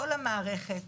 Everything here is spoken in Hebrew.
כל המערכת